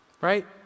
right